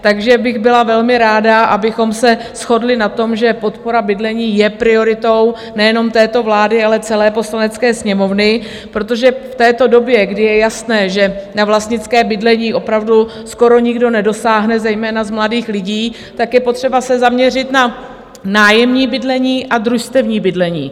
Tak bych byla velmi ráda, abychom se shodli na tom, že podpora bydlení je prioritou nejenom této vlády, ale celé Poslanecké sněmovny, protože v této době, kdy je jasné, že na vlastnické bydlení opravdu skoro nikdo nedosáhne, zejména z mladých lidí, je potřeba se zaměřit na nájemní bydlení a družstevní bydlení.